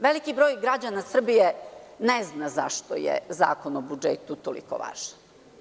Veliki broj građana Srbije ne zna zašto je Zakon o budžetu toliko važan.